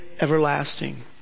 everlasting